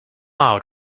out